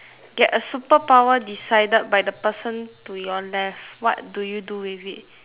get a superpower decided by the person to your left what do you do with it